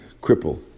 cripple